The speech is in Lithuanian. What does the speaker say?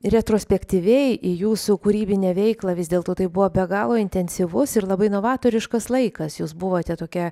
retrospektyviai į jūsų kūrybinę veiklą vis dėlto tai buvo be galo intensyvus ir labai novatoriškas laikas jūs buvote tokia